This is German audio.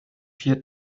vier